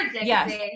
Yes